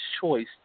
choice